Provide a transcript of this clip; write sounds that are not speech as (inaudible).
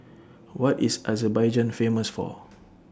What IS Azerbaijan Famous For (noise)